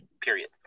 Period